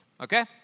Okay